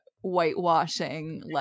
whitewashing